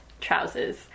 trousers